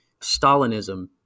Stalinism